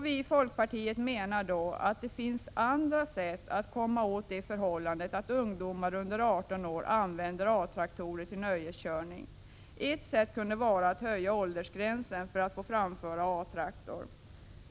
Vi i folkpartiet menar att det finns andra sätt att komma åt det förhållandet att ungdomar under 18 år använder A-traktorer till nöjeskörning. Ett sätt kunde vara att höja åldersgränsen för att få framföra A-traktorer.